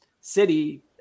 City